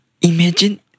imagine